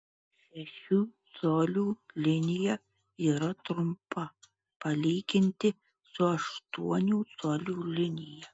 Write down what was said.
šešių colių linija yra trumpa palyginti su aštuonių colių linija